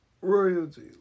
Royalty